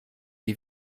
die